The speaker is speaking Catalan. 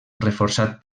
reforçat